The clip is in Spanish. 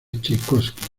chaikovski